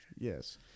Yes